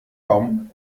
baum